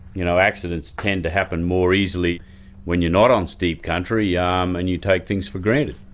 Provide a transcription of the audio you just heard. you know accidents tend to happen more easily when you're not on steep country um and you take things for granted.